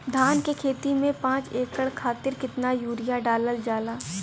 धान क खेती में पांच एकड़ खातिर कितना यूरिया डालल जाला?